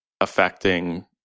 affecting